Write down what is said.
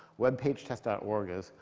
webpagetest dot org is